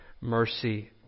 mercy